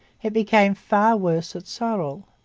it became far worse at sorel.